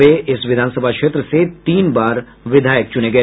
वे इस विधानसभा क्षेत्र से तीन बार विधायक रहे